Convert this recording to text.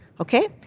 okay